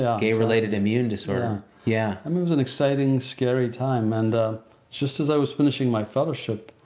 ah gay related immune disorder. yeah um it was an exciting, scary time and just as i was finishing my fellowship,